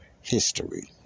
history